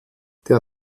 der